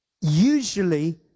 usually